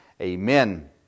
Amen